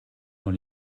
dans